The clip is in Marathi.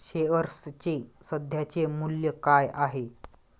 शेअर्सचे सध्याचे मूल्य काय आहे?